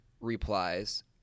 replies